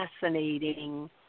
fascinating